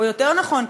או יותר נכון,